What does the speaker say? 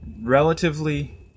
relatively